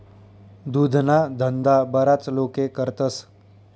दुधना धंदा बराच लोके करतस